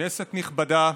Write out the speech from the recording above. כנסת נכבדה,